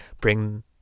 bring